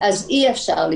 אז אי-אפשר.